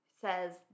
says